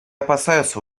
опасаются